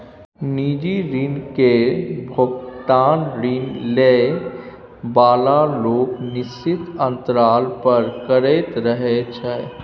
निजी ऋण केर भोगतान ऋण लए बला लोक निश्चित अंतराल पर करैत रहय छै